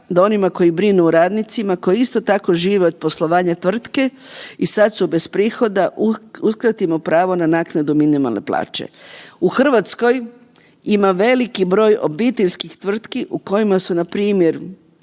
da onima koji brinu o radnicima koji isto tako žive od poslovanja tvrtke i sad su bez prihoda uskratimo pravo na naknadu minimalne plaće. U Hrvatskoj ima veliki broj obiteljskih tvrtki u kojima su npr.